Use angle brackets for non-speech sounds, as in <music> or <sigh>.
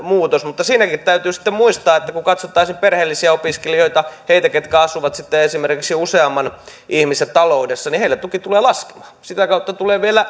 muutos mutta siinäkin täytyy sitten muistaa että kun katsottaisiin perheellisiä opiskelijoita heitä ketkä asuvat sitten esimerkiksi useamman ihmisen taloudessa niin heillä tuki tulee laskemaan sitä kautta tulee vielä <unintelligible>